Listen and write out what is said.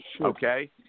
Okay